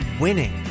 winning